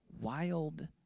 wild